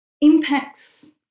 impacts